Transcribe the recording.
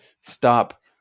stop